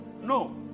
no